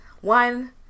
one